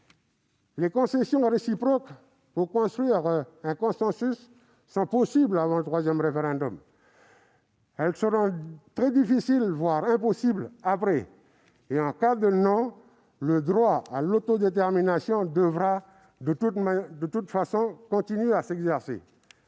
Les concessions réciproques pour construire un consensus sont possibles avant le troisième référendum. Après, elles seront très difficiles, voire impossibles. En cas de non, le droit à l'autodétermination devra, de toute façon, continuer à s'exercer.